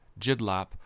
jidlap